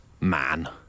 Man